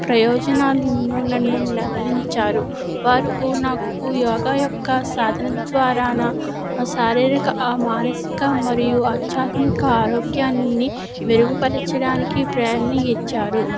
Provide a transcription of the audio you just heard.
ప్రయోజనాలను నన్ను నమ్మించారు వారూ నాకూ యోగా యొక్క సాధన ద్వారా నా శారీరకా మానసిక మరియు ఆధ్యాత్మిక ఆరోగ్యాన్ని మెరుగుపరచడానికి ప్రేరణ ఇచ్చారు